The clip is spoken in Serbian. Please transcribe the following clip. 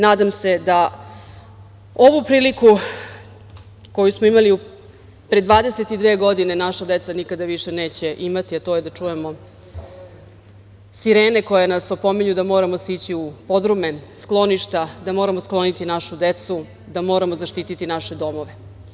Nadam se da ovu priliku koju smo imali pre 22 godine naša deca nikada više neće imati, a to je da čujemo sirene koje nas opominju da moramo sići u podrume, skloništa, da moramo skloniti našu decu, da moramo zaštiti naše domove.